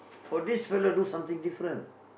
but this fella do something different